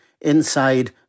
inside